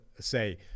say